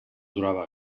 durava